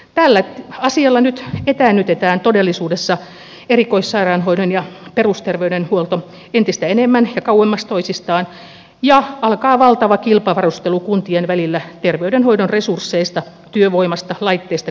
tällä asialla nyt etäännytetään todellisuudessa erikoissairaanhoito ja perusterveydenhuolto entistä enemmän ja kauemmas toisistaan ja alkaa valtava kilpavarustelu kuntien välillä terveydenhoidon resursseista työvoimasta laitteista koneista investoinneista